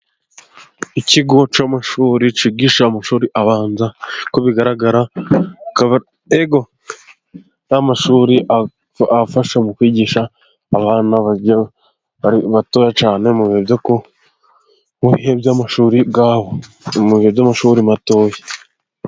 Ikigo cy'amashuri cyigisha amashuri abanza, uko bigaragara akaba ari amashuri afasha mu kwigisha abana batoya, cyane mu bihe mu bihe by'amashuri yabo, mu bihe by'amashuri matoya.